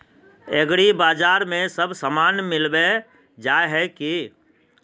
एग्रीबाजार में सब सामान मिलबे जाय है की?